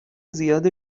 زیاد